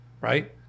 right